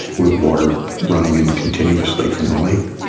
with water running in continuously from the lake.